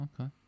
Okay